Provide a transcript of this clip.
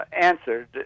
answered